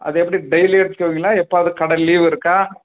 அது எப்படி டெயிலி எடுத்துக்குவீங்களா எப்போவது கடை லீவ் இருக்கா